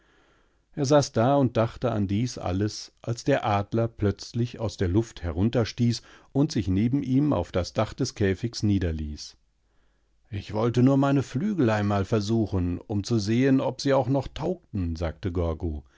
er saß da und dachte an dies alles als der adler plötzlich aus der luft herunterstieß und sich neben ihn auf das dach des käfigs niederließ ich wollte nur meine flügel einmal versuchen um zu sehen ob sie auch noch taugten sagtegorgo